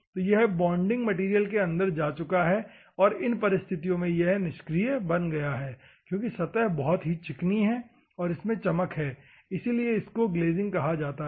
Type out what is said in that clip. तो यह bonding material के अंदर जा चुका है तो इन परिस्थितियों में यह निष्क्रिय बन गया है क्योंकि सतह बहुत चिकनी है और इसमें चमक है इसीलिए इसको ग्लेजिंग कहा जाता है